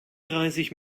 dreißig